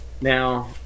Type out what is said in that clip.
Now